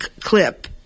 clip